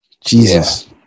jesus